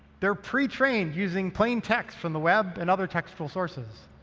they're pre-trained using plain text from the web and other textual sources.